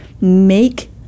make